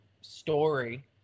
story